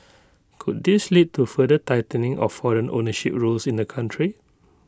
could this lead to further tightening of foreign ownership rules in the country